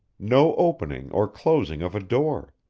no opening or closing of a door.